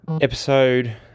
Episode